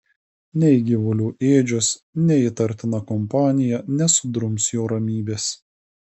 nei gyvulių ėdžios nei įtartina kompanija nesudrums jo ramybės